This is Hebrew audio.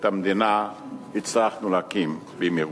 את המדינה הצלחנו להקים במהירות.